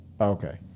Okay